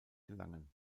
gelangen